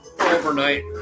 overnight